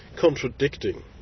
contradicting